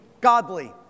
godly